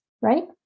right